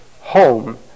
home